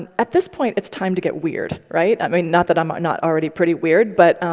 and at this point, it's time to get weird. right? i mean, not that i'm not already pretty weird. but